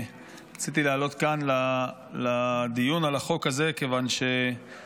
רציתי לעלות כאן לדיון על החוק הזה כיוון שמה